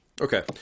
Okay